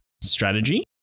Strategy